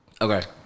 Okay